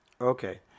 Okay